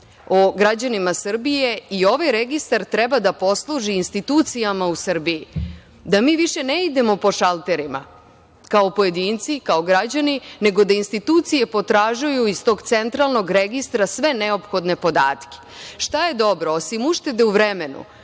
o građanima Srbije i ovaj Registar treba da posluži institucijama u Srbiji da mi više ne idemo po šalterima kao pojedinci, kao građani, nego da institucije potražuju iz tog Centralnog registra sve neophodne podatke. Šta je dobro osim uštede u vremenu?